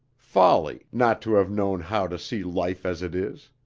folly, not to have known how to see life as it is!